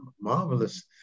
marvelous